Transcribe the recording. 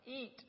eat